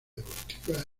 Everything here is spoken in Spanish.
deportiva